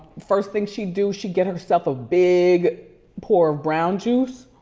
first thing she'd do she'd get herself a big pour of brown juice.